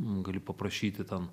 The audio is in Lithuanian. gali paprašyti ten